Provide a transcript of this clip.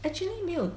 actually 没有